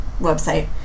website